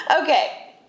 Okay